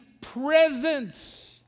presence